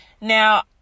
now